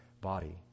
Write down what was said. body